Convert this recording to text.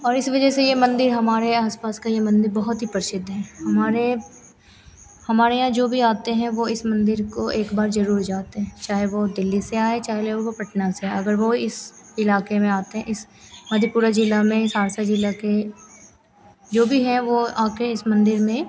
और इस वज़ह से यह मन्दिर हमारे आसपास का यह मन्दिर बहुत ही प्रसिद्ध है हमारे हमारे यहाँ जो भी आते हैं वह इस मन्दिर को एक बार ज़रूर जाते हैं चाहे वह दिल्ली से आएँ चाहे वह पटना से आएँ अगर वह इस इलाके में आते हैं इस मधेपुरा जिला के सहरसा जिला के जो भी हैं वह आकर इस मन्दिर में